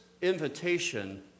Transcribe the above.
invitation